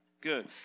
Good